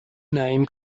name